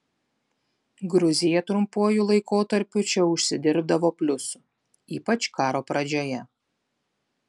gruzija trumpuoju laikotarpiu čia užsidirbdavo pliusų ypač karo pradžioje